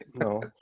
No